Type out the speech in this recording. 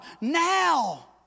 now